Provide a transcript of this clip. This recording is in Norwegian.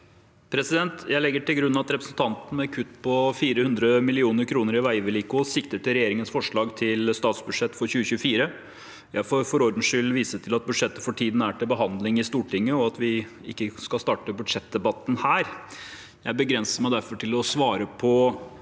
Jeg legger til grunn at representanten med kutt på 400 mill. kr i veivedlikehold sikter til regjeringens forslag til statsbudsjett for 2024. Jeg får for ordens skyld vise til at budsjettet for tiden er til behandling i Stortinget, og at vi ikke skal starte budsjettdebatten her. Jeg begrenser meg derfor til å svare på